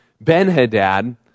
Ben-Hadad